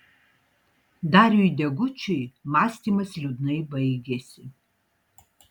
dariui degučiui mąstymas liūdnai baigėsi